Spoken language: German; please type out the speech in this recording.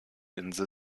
insel